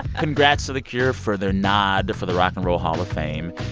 congrats to the cure for their nod for the rock and roll hall of fame.